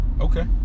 Okay